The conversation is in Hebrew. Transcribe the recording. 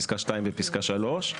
פסקה (2) ופסקה (3),